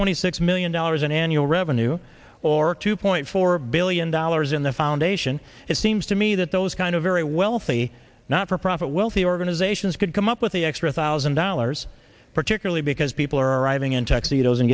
twenty six million dollars in annual revenue or two point four billion dollars in the foundation it seems to me that those kind very wealthy not for profit wealthy organizations could come up with the extra thousand dollars particularly because people are arriving in texas and